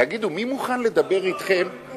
תגידו, מי מוכן לדבר אתכם, הוא